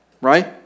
right